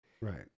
Right